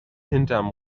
hinterm